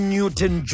Newton